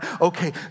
okay